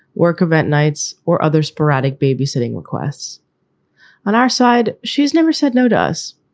work event nights or other sporadic babysitting requests on our side. she's never said no to us.